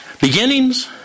Beginnings